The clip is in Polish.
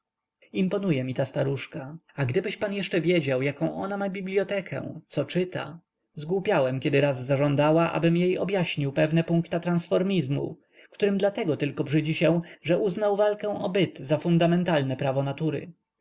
będą imponuje mi ta staruszka a gdybyś pan jeszcze wiedział jaką ona ma bibliotekę co czyta zgłupiałem kiedy raz zażądała abym jej objaśnił pewne punkta transformizmu którym dlatego tylko brzydzi się że uznał walkę o byt za fundamentalne prawo natury